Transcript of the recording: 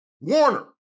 Warner